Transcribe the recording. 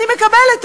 אני מקבלת,